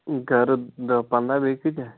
گرٕ دَہ پَنٛداہ بیٚیہِ کۭتیٛاہ